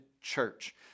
church